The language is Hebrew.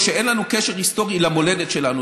או שאין לנו קשר היסטורי למולדת שלנו,